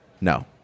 No